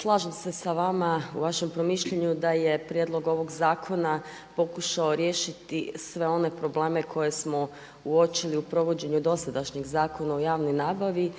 slažem se s vama u vašem promišljanju da je prijedlog ovog zakona pokušao riješiti sve one probleme koje smo uočili u provođenju dosadašnjeg Zakona o javnoj nabavi.